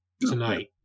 tonight